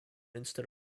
instead